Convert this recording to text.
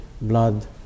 blood